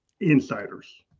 insiders